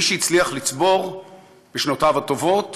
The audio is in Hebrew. מי שהצליח לצבור בשנותיו הטובות